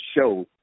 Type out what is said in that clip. show